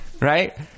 Right